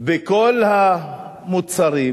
בכל המוצרים,